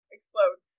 Explode